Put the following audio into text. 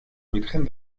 virgen